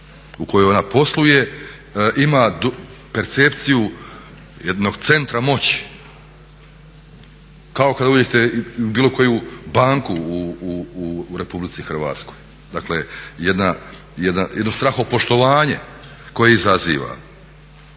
u kojoj ona posluje ima percepciju jednog centra moći. Kao kad uđete u bilo koju banku u RH, dakle jedno strahopoštovanje koje izaziva.